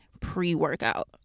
pre-workout